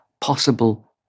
possible